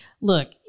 look